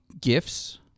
gifts